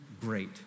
great